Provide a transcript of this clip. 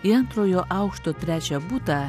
į antrojo aukšto trečią butą